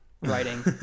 writing